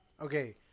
okay